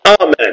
Amen